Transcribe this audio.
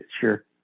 sure